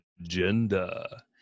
Agenda